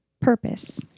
purpose